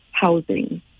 housing